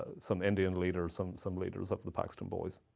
ah some indian leaders, some some leaders of the paxton boys.